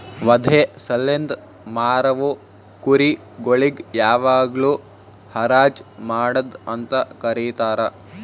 ವಧೆ ಸಲೆಂದ್ ಮಾರವು ಕುರಿ ಗೊಳಿಗ್ ಯಾವಾಗ್ಲೂ ಹರಾಜ್ ಮಾಡದ್ ಅಂತ ಕರೀತಾರ